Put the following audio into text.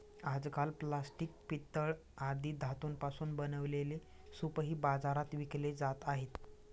आजकाल प्लास्टिक, पितळ आदी धातूंपासून बनवलेले सूपही बाजारात विकले जात आहेत